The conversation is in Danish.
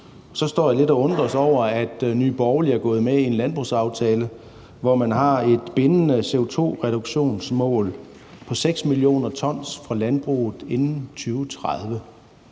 Så står jeg lidt og undres over, at Nye Borgerlige er gået med i en landbrugsaftale, hvor man har et bindende CO2-reduktionsmål på 6 mio. t fra landbruget inden 2030,